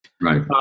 Right